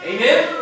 Amen